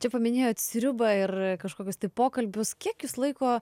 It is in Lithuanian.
čia paminėjot sriubą ir kažkokius tai pokalbius kiek jūs laiko